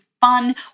fun